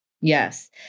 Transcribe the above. Yes